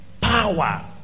power